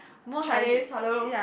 Chinese hello